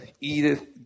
Edith